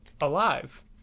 alive